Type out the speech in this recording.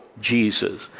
Jesus